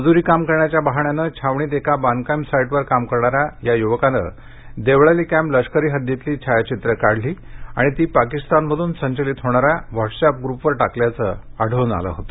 मजुरी काम करण्याच्या बहाण्यानं छावणीत एका बांधकाम साईटवर काम करणाऱ्या या युवकानं देवळाली कॅम्प लष्करी हद्दीतली छायाचित्रं काढली आणि ती पाकीस्तानमधून संचलित होणाऱ्या व्हॉटस एप ग्रुपवर टाकल्याचं आढळलं होतं